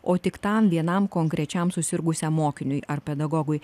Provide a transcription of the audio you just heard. o tik tam vienam konkrečiam susirgusiam mokiniui ar pedagogui